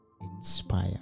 inspire